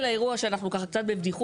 שראוי שהדבר